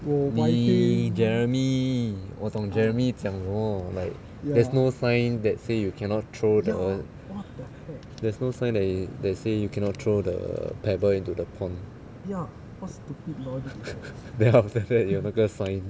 你 jeremy 我懂 jeremy 讲什么 like there's no sign that say you cannot throw the there's no sign that say you cannot throw the pebble into the pond then after that 有那个 sign